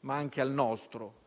ma anche al nostro.